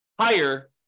higher